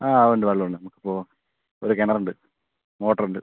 ആ ഉണ്ട് വെള്ളം ഉണ്ട് നമുക്ക് ഇപ്പോൾ ഒരു കിണർ ഉണ്ട് മോട്ടർ ഉണ്ട്